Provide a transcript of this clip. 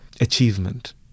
achievement